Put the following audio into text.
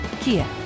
Kia